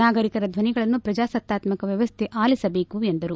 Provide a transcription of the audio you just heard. ನಾಗರಿಕರ ಧ್ವನಿಗಳನ್ನು ಪ್ರಜಾಸತ್ತಾತ್ಕಕ ವ್ಯವಸ್ಥೆ ಅಲಿಸಬೇಕು ಎಂದರು